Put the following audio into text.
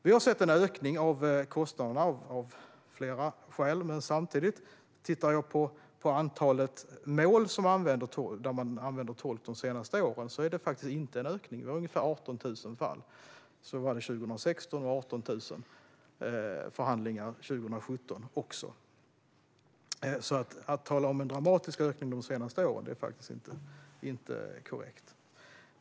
Vi har sett en ökning av kostnaderna av flera skäl. Men samtidigt, om jag tittar på antalet mål där tolk har använts de senaste åren, ser jag inte en ökning. Det var ungefär 18 000 fall 2016, och under 2017 var det också 18 000 förhandlingar. Att tala om en dramatisk ökning de senaste åren är faktiskt inte korrekt.